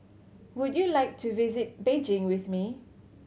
would you like to visit Beijing with me